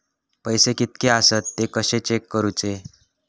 पैसे कीतके आसत ते कशे चेक करूचे?